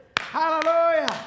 Hallelujah